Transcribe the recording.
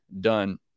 done